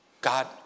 God